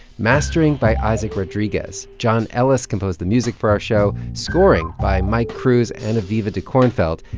mastering by isaac rodriguez. john ellis composed the music for our show, scoring by mike cruz and aviva dekornfeld.